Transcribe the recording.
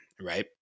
right